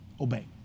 obey